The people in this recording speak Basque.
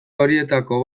horietako